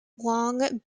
long